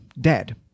dead